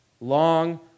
long